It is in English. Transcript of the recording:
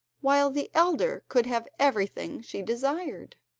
while the elder could have everything she desired,